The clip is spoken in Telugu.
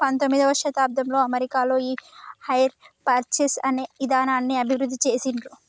పంతొమ్మిదవ శతాబ్దంలో అమెరికాలో ఈ హైర్ పర్చేస్ అనే ఇదానాన్ని అభివృద్ధి చేసిండ్రు